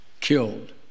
killed